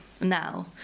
now